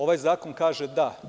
Ovaj zakon kaže – da.